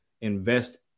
invest